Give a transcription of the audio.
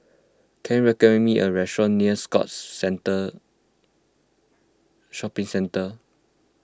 can you recommend me a restaurant near Scotts Centre Shopping Centre